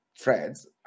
threads